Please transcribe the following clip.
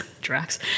Drax